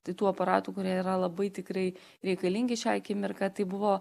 tai tų aparatų kurie yra labai tikrai reikalingi šią akimirką tai buvo